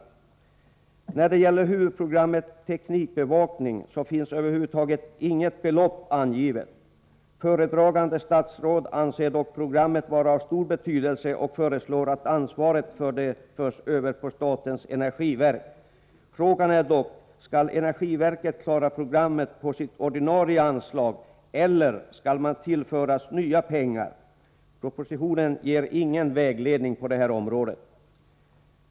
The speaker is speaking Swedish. När det gäller huvudprogrammet teknikbevakning finns över huvud taget inget belopp angivet. Föredragande statsråd anser dock programmet vara av stor betydelse och föreslår att ansvaret för det förs över på statens energiverk. Frågan är dock: Skall energiverket klara programmet på sitt ordinarie anslag eller skall man tillföras nya pengar? Propositionen ger ingen vägledning i det avseendet.